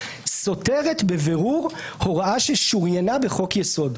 סותרת בבירור הוראה ששוריינה בחוק-יסוד.